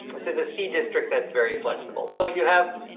this is a c district. that's very flexible. so you have.